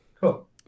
Cool